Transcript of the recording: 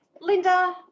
Linda